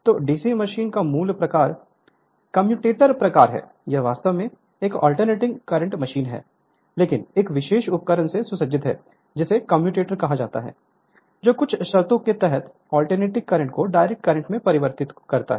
तो DC machine का मूल प्रकार कम्यूटेटर प्रकार है यह वास्तव में एक अल्टरनेटिंग करंट मशीन है लेकिन एक विशेष उपकरण से सुसज्जित है जिसे कम्यूटेटर कहा जाता है जो कुछ शर्तों के तहत अल्टरनेटिंग करंट को डायरेक्ट करंट में परिवर्तित होता है